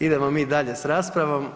Idemo mi dalje s raspravom.